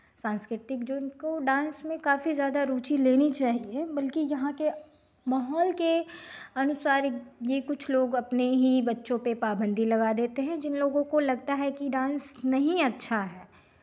सांस्कृतिक जिनको डांस में काफी ज़्यादा रुचि लेनी चाहिए बल्कि यहाँ के माहौल के अनुसार ये कुछ लोग अपने ही बच्चों पे पाबंदी लगा देते हैं जिन लोगों को लगता है कि डांस नहीं अच्छा है